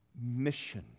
mission